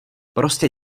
prostě